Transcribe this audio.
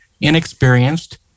inexperienced